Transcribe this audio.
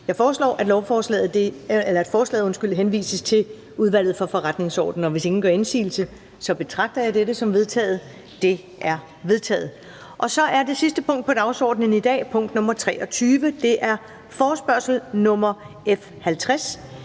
Jeg foreslår, at forslaget henvises til Udvalget for Forretningsordenen. Hvis ingen gør indsigelse, betragter jeg dette som vedtaget. Det er vedtaget. --- Det sidste punkt på dagsordenen er: 23) Forespørgsel nr. F 50: